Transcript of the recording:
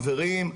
חברים,